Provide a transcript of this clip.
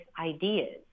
ideas